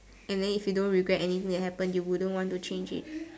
and then if you don't regret anything that happen you wouldn't want to change it